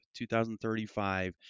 2035